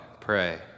pray